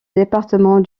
département